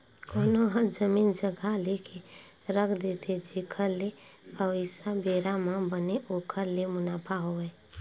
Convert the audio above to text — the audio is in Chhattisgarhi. कोनो ह जमीन जघा लेके रख देथे जेखर ले अवइया बेरा म बने ओखर ले मुनाफा होवय